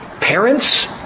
Parents